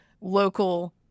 local